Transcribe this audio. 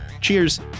Cheers